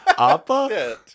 Appa